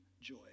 joy